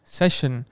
session